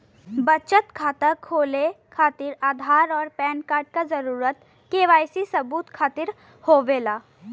बचत खाता खोले खातिर आधार और पैनकार्ड क जरूरत के वाइ सी सबूत खातिर होवेला